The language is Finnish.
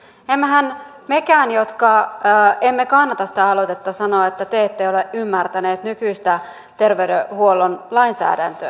emmehän mekään jotka emme kannata sitä aloitetta sano että te ette ole ymmärtäneet nykyistä terveydenhuollon lainsäädäntöä